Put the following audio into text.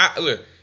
look